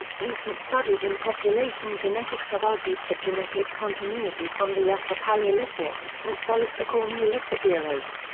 recent studies in population genetics have argued for genetic continuity from the upper paleolithic, mesolithic or neolithic eras.